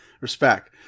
Respect